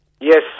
Yes